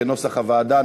כנוסח הוועדה.